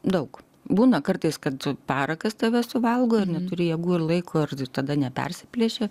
daug būna kartais kad parakas tave suvalgo ir neturi jėgų ir laiko ir tada nepersiplėši